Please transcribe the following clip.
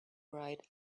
ride